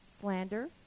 slander